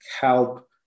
help